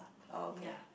okay